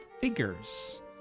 figures